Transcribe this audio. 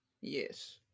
Yes